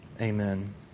Amen